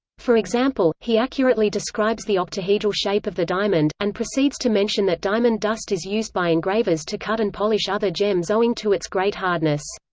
for example, he accurately describes the octahedral shape of the diamond, and proceeds to mention that diamond dust is used by engravers to cut and polish other gems owing to its great hardness.